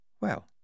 Well